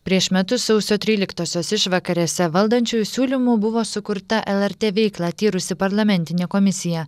prieš metus sausio tryliktosios išvakarėse valdančiųjų siūlymu buvo sukurta lrt veiklą tyrusi parlamentinė komisija